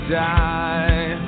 die